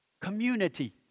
community